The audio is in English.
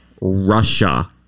Russia